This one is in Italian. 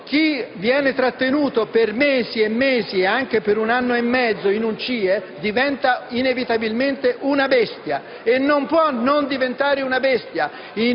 chi viene trattenuto per mesi e mesi, anche per un anno e mezzo, in un CIE diventa inevitabilmente una bestia, e non può essere diversamente.